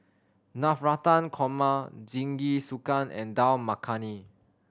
Navratan Korma Jingisukan and Dal Makhani